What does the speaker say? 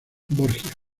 borgia